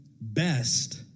best